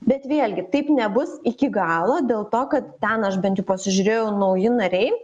bet vėlgi taip nebus iki galo dėl to kad ten aš bent jau pasižiūrėjau nauji nariai